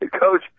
Coach